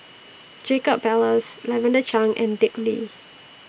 Jacob Ballas Lavender Chang and Dick Lee